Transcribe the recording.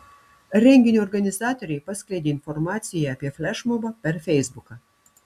renginio organizatoriai paskleidė informaciją apie flešmobą per feisbuką